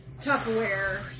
Tupperware